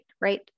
right